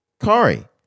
Kari